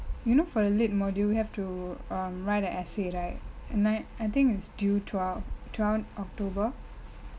you know for the late module you have to um write an essay right and I I think is due twelve twelve october